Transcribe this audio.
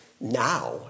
now